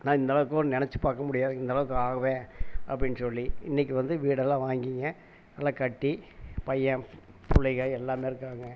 நான் இந்தளவுக்கு ஓடும்னு நெனைச்சி பார்க்க முடியாது இந்தளவுக்கு ஆவேன் அப்படின்னு சொல்லி இன்னைக்கு வந்து வீடெல்லாம் வாங்கிங்க நல்லா கட்டி பையன் பிள்ளைங்க எல்லோருமே இருக்காங்க